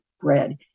bread